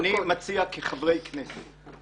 אני מציע כחברי כנסת,